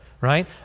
right